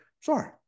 sorry